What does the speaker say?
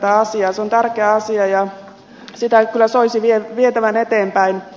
se on tärkeä asia ja sitä kyllä soisi vietävän eteenpäin